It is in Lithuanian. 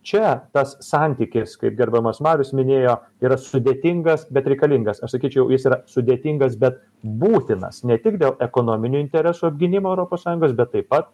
čia tas santykis kaip gerbiamas marius minėjo yra sudėtingas bet reikalingas aš sakyčiau jis yra sudėtingas bet būtinas ne tik dėl ekonominių interesų apgynimo europos sąjungos bet taip pat